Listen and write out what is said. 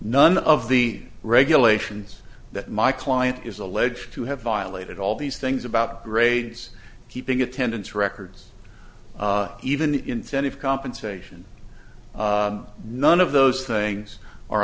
none of the regulations that my client is alleged to have violated all these things about grades keeping attendance records even the incentive compensation none of those things are